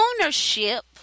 ownership